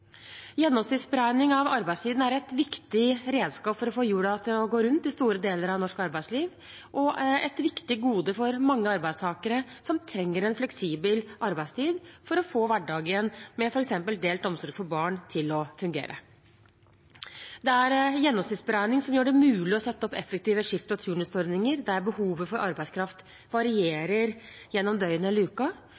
Gjennomsnittsberegning av arbeidstiden er et viktig redskap for å få hjulene til å gå rundt i store deler av norsk arbeidsliv og et viktig gode for mange arbeidstakere som trenger en fleksibel arbeidstid for å få hverdagen med f.eks. delt omsorg for barn til å fungere. Det er gjennomsnittsberegning som gjør det mulig å sette opp effektive skift- og turnusordninger, der behovet for arbeidskraft